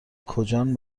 کجان